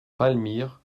palmyre